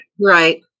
Right